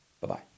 Bye-bye